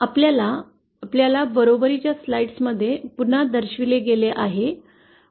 आपल्या बरोबरच्या स्लाइड्समध्ये पुन्हा दर्शविले गेले आहे